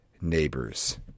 neighbors